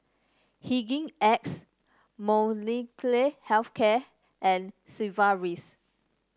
Hygin X Molnylcke Health Care and Sigvaris